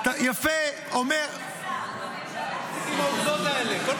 אבל הממשלה תישא בתקנים.